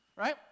Right